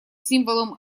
символом